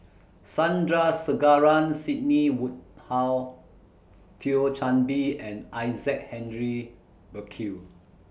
Sandrasegaran Sidney Woodhull Thio Chan Bee and Isaac Henry Burkill